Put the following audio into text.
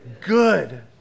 good